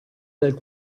del